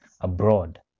abroad